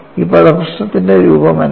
ഈ പദപ്രയോഗത്തിന്റെ രൂപം എന്താണ്